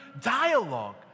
dialogue